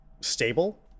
stable